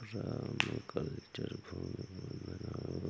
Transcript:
permaculture भूमि प्रबंधन और